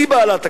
היא בעלת הקרקע,